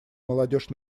молодежь